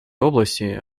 области